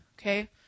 Okay